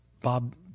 Bob